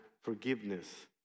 forgiveness